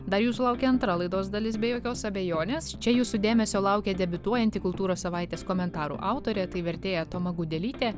dar jūsų laukia antra laidos dalis be jokios abejonės čia jūsų dėmesio laukia debiutuojanti kultūros savaitės komentarų autorė tai vertėja toma gudelytė